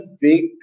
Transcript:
big